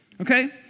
okay